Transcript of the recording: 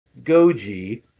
Goji